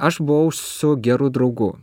aš buvau su geru draugu